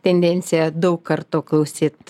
tendencija daug kartų klausyt